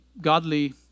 godly